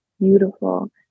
beautiful